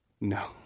no